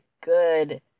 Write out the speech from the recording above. good